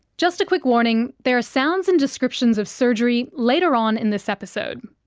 just a quick warning there are sounds and descriptions of surgery later on in this episode.